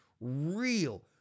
real